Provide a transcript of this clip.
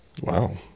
Wow